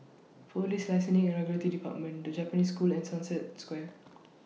Police Licensing and Regulatory department The Japanese School and Sunset Square